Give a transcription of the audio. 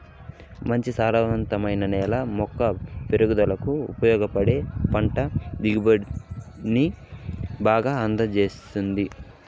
మంచి సారవంతమైన నేల మొక్క పెరుగుదలకు ఉపయోగపడి పంట దిగుబడిని బాగా అందిస్తాది